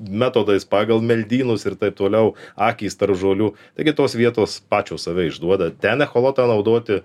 metodais pagal meldynus ir taip toliau akys tarp žolių taigi tos vietos pačios save išduoda ten echolotą naudoti